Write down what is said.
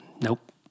nope